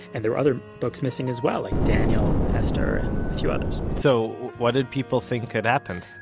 and there are other books missing as well, like daniel, esther, and a few others so what did people think had happened?